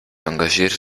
engagierte